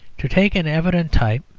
to take an evident type,